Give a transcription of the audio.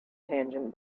tangent